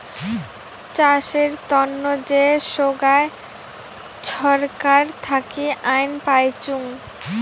চাষের তন্ন যে সোগায় ছরকার থাকি আইন পাইচুঙ